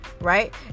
right